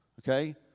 Okay